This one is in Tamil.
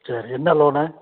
சரி என்ன லோனு